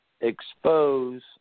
expose